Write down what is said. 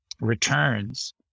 returns